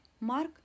Mark